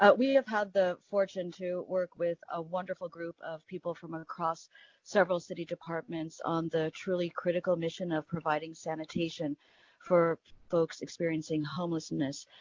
but we have had the fortune to work with a wonderful group of people from across several city departments on the truly critical mission of providing sanitation for folks experiencing homelessness.